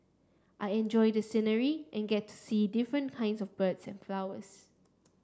I enjoy the scenery and get to see different kinds of birds and flowers